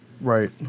right